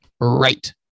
Right